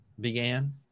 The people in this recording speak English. began